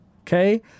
Okay